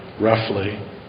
roughly